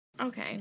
okay